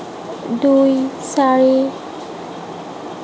দুই চাৰি